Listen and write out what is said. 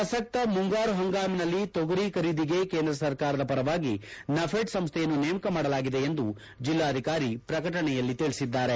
ಪ್ರಸಕ್ತ ಮುಂಗಾರು ಹಂಗಾಮಿನಲ್ಲಿ ತೊಗರಿ ಖರೀದಿಗೆ ಕೇಂದ್ರ ಸರ್ಕಾರದ ಪರವಾಗಿ ನಫೆಡ್ ಸಂಸ್ಟೆಯನ್ನು ನೇಮಕ ಮಾಡಲಾಗಿದೆ ಎಂದು ಜಿಲ್ಲಾಧಿಕಾರಿ ಪ್ರಕಟಣೆಯಲ್ಲಿ ತಿಳಿಸಿದ್ದಾರೆ